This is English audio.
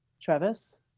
Travis